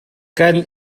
kan